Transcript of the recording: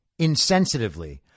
insensitively